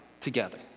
together